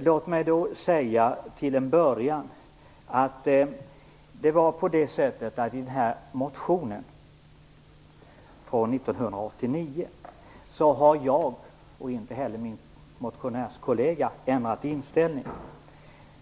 Låt mig till en början säga att sedan motionen väcktes 1989 har varken jag eller min motionärskollega ändrat inställning.